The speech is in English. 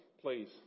please